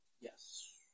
Yes